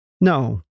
No